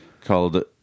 called